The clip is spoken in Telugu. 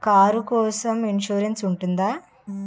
కారు కోసం ఇన్సురెన్స్ ఉంటుందా?